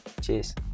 Cheers